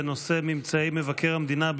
בנושא: ממצאי מבקר המדינה,